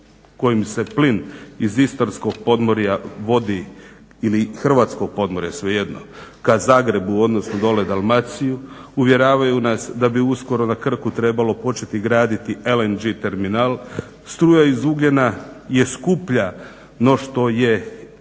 kojim se plin iz istarskog podmorja vodi ili hrvatskog podmorja svejedno ka Zagrebu, odnosno dole u Dalmaciju, uvjeravaju nas da bi uskoro na Krku trebalo početi graditi LNG termimnal. Struja iz ugljena je skuplja no što je